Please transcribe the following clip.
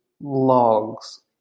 logs